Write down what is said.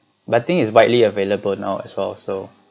but I think is widely available now as well also